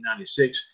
1996